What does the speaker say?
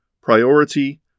priority